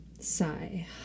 sigh